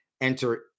enter